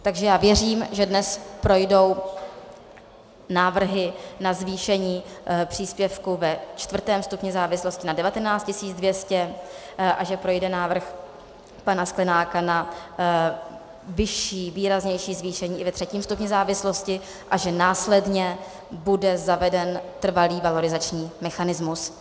Takže já věřím, že dnes projdou návrhy na zvýšení příspěvku ve čtvrtém stupni závislosti na 19 200 a že projde návrh pana Sklenáka na vyšší, výraznější zvýšení i ve třetím stupni závislosti a že následně bude zaveden trvalý valorizační mechanismus.